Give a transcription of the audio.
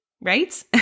right